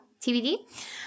TBD